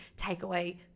takeaway